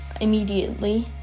immediately